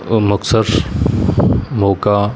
Muktsar Moga